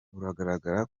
uragaragara